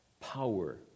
Power